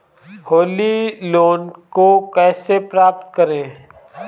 Holi loan को कैसे प्राप्त करें?